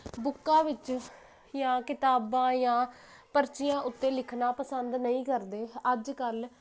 ਬੁੱਕਾਂ ਵਿੱਚ ਜਾਂ ਕਿਤਾਬਾਂ ਜਾਂ ਪਰਚੀਆਂ ਉੱਤੇ ਲਿਖਣਾ ਪਸੰਦ ਨਹੀਂ ਕਰਦੇ ਅੱਜ ਕੱਲ੍ਹ